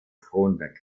kronberg